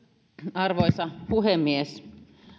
arvoisa puhemies